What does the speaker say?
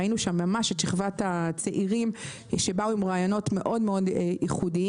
ראינו שם ממש את שכבת הצעירים שבאו עם רעיונות מאוד מאוד ייחודיים.